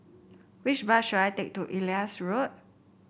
which bus should I take to Elias Road